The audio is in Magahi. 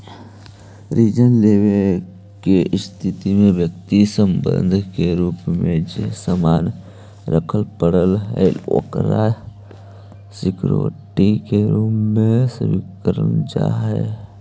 ऋण लेवे के स्थिति में व्यक्ति के बंधक के रूप में जे सामान रखे पड़ऽ हइ ओकरा सिक्योरिटी के रूप में स्वीकारल जा हइ